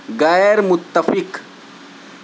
غیر متفق